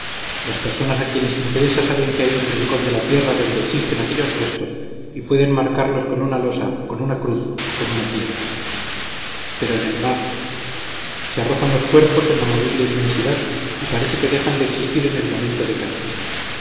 las personas a quienes interesa saben que hay un rincón de tierra donde existen aquellos restos y pueden marcarlos con una losa con una cruz o con una piedra pero en el mar se arrojan los cuerpos en la movible inmensidad y parece que dejan de existir en el momento de caer